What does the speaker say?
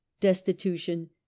destitution